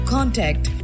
Contact